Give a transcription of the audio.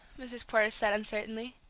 mrs. porter said uncertainly,